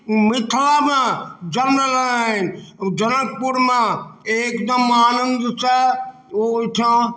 मिथिलामे जन्म लेलनि जनकपुरमे एकदम आनन्दसँ ओ ओयठाम